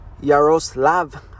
Yaroslav